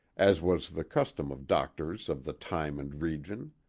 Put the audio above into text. as was the custom of doctors of the time and region.